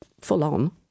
full-on